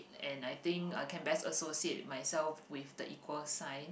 and I think I can best associate myself with the equal sign